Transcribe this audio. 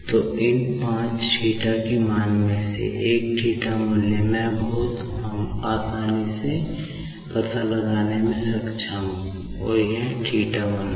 तो इन पांच θ मान में से एक θ मान मैं बहुत आसानी से पता लगाने में सक्षम हूं और यह θ1 है